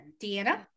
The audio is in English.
Deanna